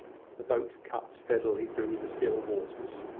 the boat cut steadily through the still waters,